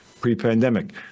pre-pandemic